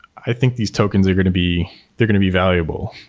i think these tokens are going to be they're going to be valuable.